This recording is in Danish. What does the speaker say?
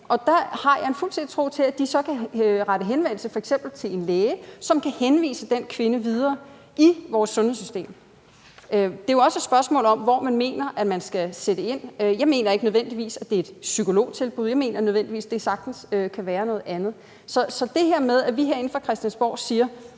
Og der har jeg fuldstændig tiltro til, at de så kan rette henvendelse til f.eks. en læge, som kan henvise den kvinde videre i vores sundhedssystem. Det er jo også et spørgsmål om, hvor man mener at man skal sætte ind. Jeg mener ikke nødvendigvis, det er et psykologtilbud – jeg mener sagtens, det kan være noget andet. Så til det her med, at vi herinde fra Christiansborg siger,